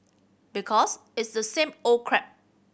because it's the same old crap